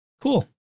Cool